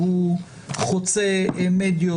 שהוא חוצה מדיות,